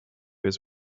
was